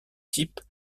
type